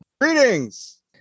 Greetings